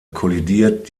kollidiert